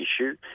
issue